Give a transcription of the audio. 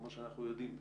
כמו שאנחנו יודעים,